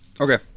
Okay